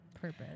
purpose